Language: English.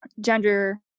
gender